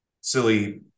silly